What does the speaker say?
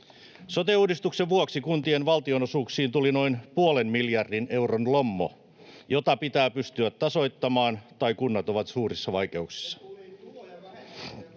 Sote-uudistuksen vuoksi kuntien valtionosuuksiin tuli noin puolen miljardin euron lommo, jota pitää pystyä tasoittamaan, tai kunnat ovat suurissa vaikeuksissa.